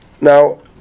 Now